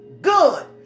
Good